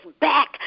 back